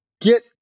get